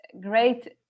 great